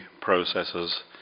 processes